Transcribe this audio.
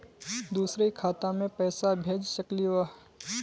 दुसरे खाता मैं पैसा भेज सकलीवह?